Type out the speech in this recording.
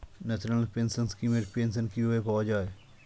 National pension scheme এর pension কিভাবে পাওয়া যায়?